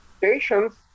patients